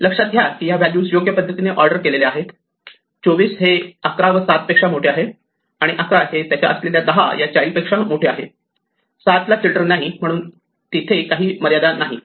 लक्षात घ्या की या व्हॅल्यूज योग्य पद्धतीने ऑर्डर केल्या आहेत 24 हे 11 व 7 पेक्षा मोठे आहे आणि 11 हे त्याच्या असलेल्या 10 या चाईल्ड पेक्षा मोठे आहे सातला चिल्ड्रन नाही म्हणून तिथे काही मर्यादा नाहीत